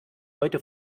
heute